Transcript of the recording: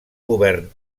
govern